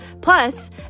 Plus